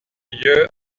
lieu